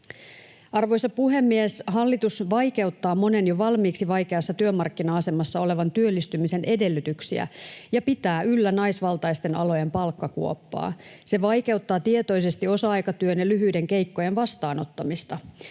Arvoisa puhemies! Hallitus vaikeuttaa monen jo valmiiksi vaikeassa työmarkkina-asemassa olevan työllistymisen edellytyksiä ja pitää yllä naisvaltaisten alojen palkkakuoppaa. Se vaikeuttaa tietoisesti osa-aikatyön ja lyhyiden keikkojen vastaanottamista.